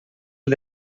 del